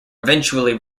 eventually